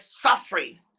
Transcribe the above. suffering